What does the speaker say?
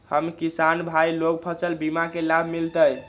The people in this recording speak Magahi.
हम किसान भाई लोग फसल बीमा के लाभ मिलतई?